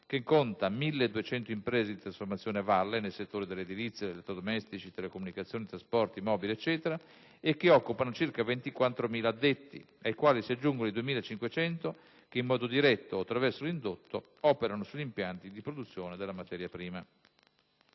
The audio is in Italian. che conta 1.200 imprese di trasformazione a valle (nei settori dell'edilizia, degli elettrodomestici, telecomunicazioni, trasporti, mobile, eccetera) e che occupano circa 24.000 addetti, ai quali si aggiungono i 2.500 addetti che in modo diretto o attraverso l'indotto operano sugli impianti di produzione della materia prima.